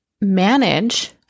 manage